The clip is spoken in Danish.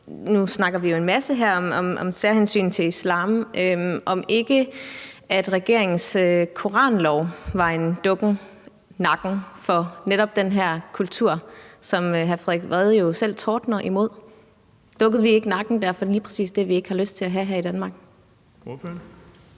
nu snakker vi jo en masse her om særhensyn til islam – om ikke regeringens koranlov var en dukken nakken for netop den her kultur, som hr. Frederik Vad jo selv tordner imod. Dukkede vi ikke nakken for lige præcis det, vi ikke har lyst til at have her i Danmark?